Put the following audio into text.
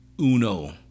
uno